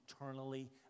eternally